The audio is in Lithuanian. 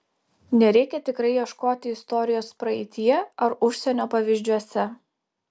nereikia tikrai ieškoti istorijos praeityje ar užsienio pavyzdžiuose